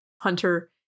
Hunter